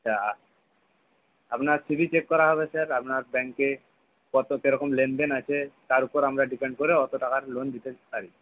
আচ্ছা আপনার সিবিল চেক করা হবে স্যার আপনার ব্যাংকে কতো কেরকম লেনদেন আছে তার উপর আমরা ডিপেন্ড করে অতো টাকার লোন দিতে পারি